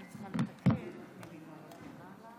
70 תחנות של חיסונים הציבו בשבועיים האחרונים בארץ,